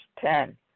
Ten